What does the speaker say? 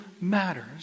matters